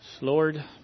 Lord